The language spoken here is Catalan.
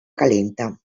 calenta